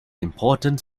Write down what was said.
important